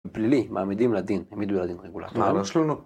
בפלילי, מה מעמידים לדין, העמידו לדין